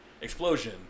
explosion